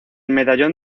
medallón